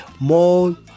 more